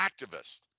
activist